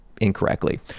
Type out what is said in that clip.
incorrectly